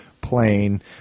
plane